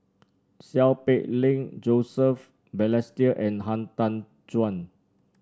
Seow Peck Leng Joseph Balestier and Han Tan Juan